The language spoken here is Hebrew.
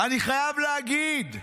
אני חייב להגיד,